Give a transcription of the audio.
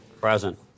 Present